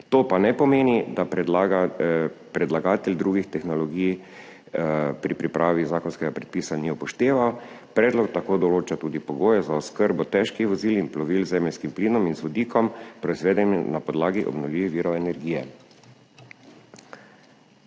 To pa ne pomeni, da predlaga predlagatelj drugih tehnologij pri pripravi zakonskega predpisa ni upošteval. Predlog tako določa tudi pogoje za oskrbo težkih vozil in plovil z zemeljskim plinom in z vodikom, proizvedenem na podlagi obnovljivih virov energije.